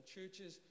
churches